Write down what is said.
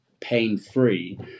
pain-free